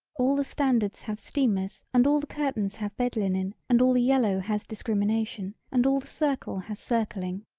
all the standards have steamers and all the curtains have bed linen and all the yellow has discrimination and all the circle has circling.